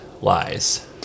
lies